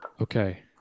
okay